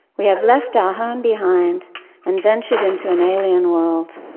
we have left our home behind and ventured into an alien world.